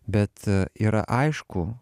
bet yra aišku